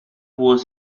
was